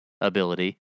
ability